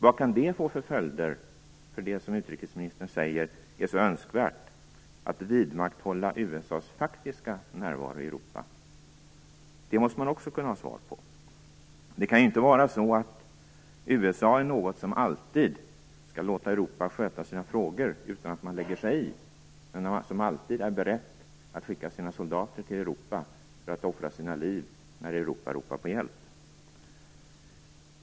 Vilka följder kan det få för det som utrikesministern säger är så önskvärt, dvs. att vidmakthålla USA:s viktiga närvaro i Europa? Den frågan måste också kunna besvaras. Det kan inte vara så att USA alltid skall låta Europa sköta sina frågor utan att lägga sig i men alltid skall vara berett att skicka sina soldater till Europa för att offra sina liv när Europa ropar på hjälp.